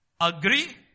agree